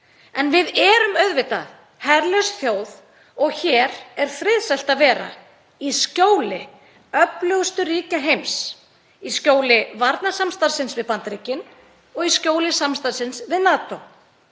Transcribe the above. En við erum auðvitað herlaus þjóð og hér er friðsælt að vera í skjóli öflugustu ríkja heims, í skjóli varnarsamstarfsins við Bandaríkin og í skjóli samstarfsins við NATO